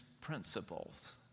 principles